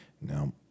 Now